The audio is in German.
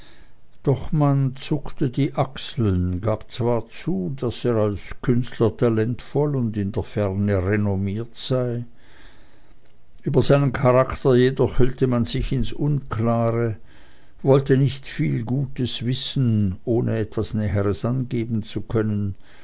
doch man zuckte die achseln gab zwar zu daß er als künstler talentvoll und in der ferne renommiert sei über seinen charakter jedoch hüllte man sich ins unklare wollte nicht viel gutes wissen ohne etwas näheres angeben zu können